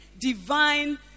divine